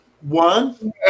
one